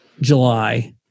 July